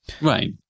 right